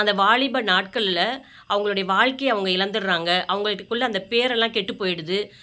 அந்த வாலிப நாட்களில் அவங்களுடைய வாழ்க்கையை அவங்க இழந்தர்றாங்க அவங்கள்ட்டுக்குள்ள அந்த பேரெல்லாம் கெட்டுப் போயிடுது